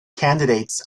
candidates